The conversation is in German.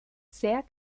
sehr